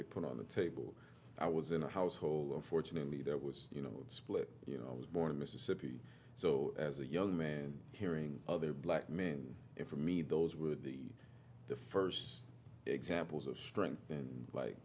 they put on the table i was in a household unfortunately that was you know split you know i was born in mississippi so as a young man hearing other black men in for me those were the first examples of strength